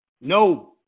No